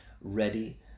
ready